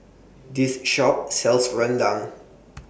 This Shop sells Rendang